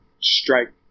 strike